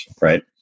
right